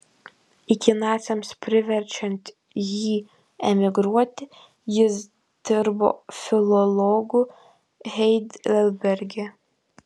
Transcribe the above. iki naciams priverčiant jį emigruoti jis dirbo filologu heidelberge